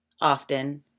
Often